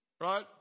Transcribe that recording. right